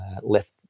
left